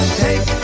take